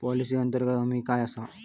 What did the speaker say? Policy अंतर्गत हमी काय आसा?